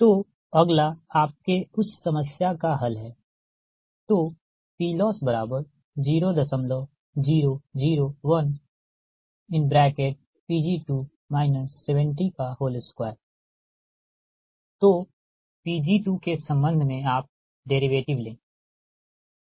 तो Pg2के संबंध में आप डेरिवेटिव ले ठीक है